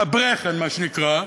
"יא, ברעכען", מה שנקרא,